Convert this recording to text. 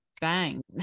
bang